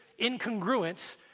incongruence